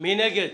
מי נגד?